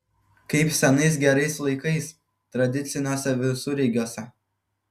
kaip senais gerais laikais tradiciniuose visureigiuose